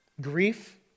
Grief